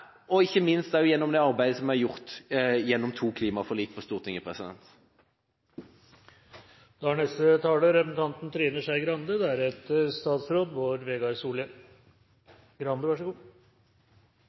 og ikke minst gjennom det arbeidet som er gjort gjennom to klimaforlik i Stortinget. Jeg er